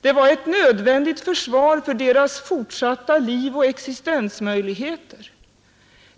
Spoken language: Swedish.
Det var ett nödvändigt försvar för deras fortsatta liv och existensmöjligheter.